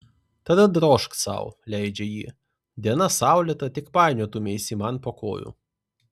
tada drožk sau leidžia ji diena saulėta tik painiotumeisi man po kojų